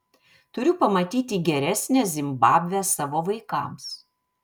turiu pamatyti geresnę zimbabvę savo vaikams